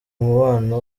umubano